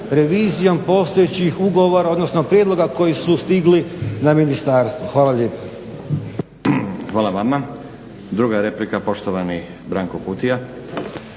revizijom postojećih ugovora, odnosno prijedloga koji su stigli na ministarstvo. Hvala lijepa. **Stazić, Nenad (SDP)** Hvala vama. Druga replika, poštovani Branko Kutija.